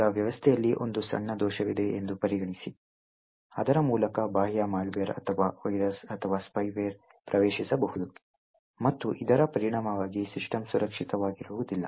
ಈಗ ವ್ಯವಸ್ಥೆಯಲ್ಲಿ ಒಂದು ಸಣ್ಣ ದೋಷವಿದೆ ಎಂದು ಪರಿಗಣಿಸಿ ಅದರ ಮೂಲಕ ಬಾಹ್ಯ ಮಾಲ್ವೇರ್ ಅಥವಾ ವೈರಸ್ ಅಥವಾ ಸ್ಪೈವೇರ್ ಪ್ರವೇಶಿಸಬಹುದು ಮತ್ತು ಇದರ ಪರಿಣಾಮವಾಗಿ ಸಿಸ್ಟಮ್ ಸುರಕ್ಷಿತವಾಗಿರುವುದಿಲ್ಲ